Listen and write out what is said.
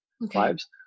lives